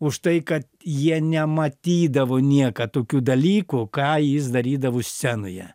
už tai kad jie nematydavo niekad tokių dalykų ką jis darydavo scenoje